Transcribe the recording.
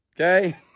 Okay